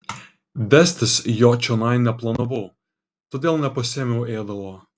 vestis jo čionai neplanavau todėl nepasiėmiau ėdalo